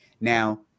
Now